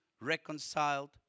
reconciled